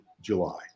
July